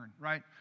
right